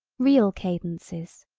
real cadences,